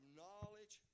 knowledge